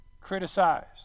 criticized